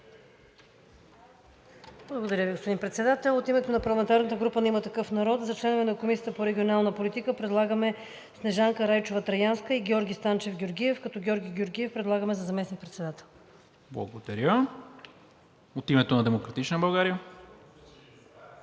Благодаря Ви, господин Председател. От името на парламентарната група на „Има такъв народ“ за членове на Комисията по регионална политика предлагаме Снежанка Райчова Траянска и Георги Станчев Георгиев, като Георги Георгиев предлагаме за заместник-председател. ПРЕДСЕДАТЕЛ НИКОЛА МИНЧЕВ: Благодаря. От името на „Демократична България“?